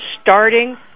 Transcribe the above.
starting